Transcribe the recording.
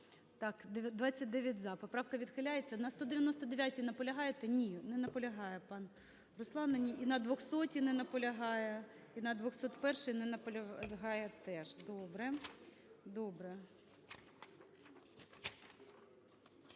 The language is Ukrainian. Так, 29 – за. Поправка відхиляється. На 199-й наполягаєте? Ні, не наполягає пан Руслан. І на 200-й не наполягає. І на 201-й не наполягає теж. Добре. Добре.